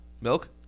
Milk